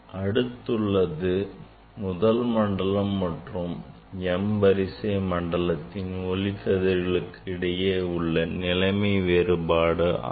அடுத்துள்ளது முதல் மண்டலம் மற்றும் m வரிசை மண்டலத்தின் ஒளிக்கதிர்களுக்கு இடையே உள்ள நிலைமை வேறுபாடு ஆகும்